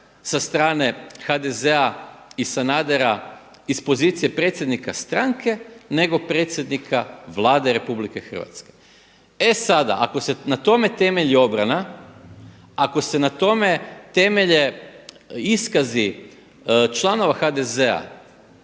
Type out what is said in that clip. sa strane HDZ-a i Sanadera iz pozicije predsjednika stranke nego predsjednika Vlade RH. E sada ako se na tome temelji obrana, ako se na tome temelje iskazi članova HDZ-a